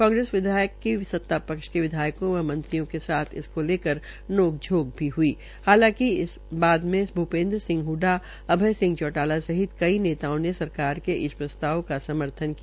कांग्रेस विधायकों की सत्ता पक्ष के विधायकों व मंत्रियों के इसको लेकर नोक झोंक हई हालांकि बाद में भूपेन्द्र सिंह हडडा अभ्य चौटाला सहित कई नेताओं ने सरकार के इस प्रस्ताव का समर्थन किया